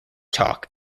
talk